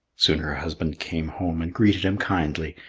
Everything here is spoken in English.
soon her husband came home and greeted him kindly,